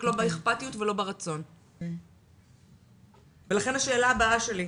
לא באכפתיות ולא ברצון ולכן השאלה הבאה שלי,